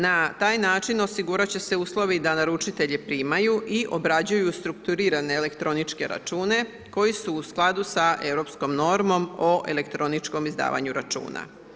Na taj način osigurat će se uslovi da naručitelji primaju i obrađuju strukturirane elektroničke račune koji su u skladu sa Europskom normom o elektroničkom izdavanju računa.